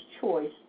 choice